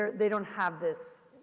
they don't have this,